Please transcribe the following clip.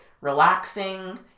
relaxing